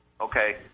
Okay